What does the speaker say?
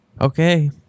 Okay